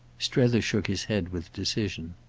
strether shook his head with decision.